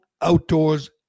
outdoors